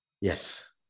Yes